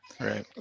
Right